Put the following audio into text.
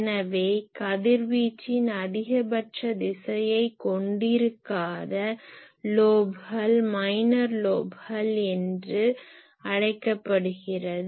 எனவே கதிர்வீச்சின் அதிகபட்ச திசையைக் கொண்டிருக்காத லோப்கள் மைனர் லோப்கள் என்று அழைக்கப்படுகிறது